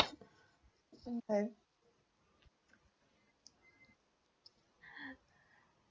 okay